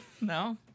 no